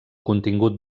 contingut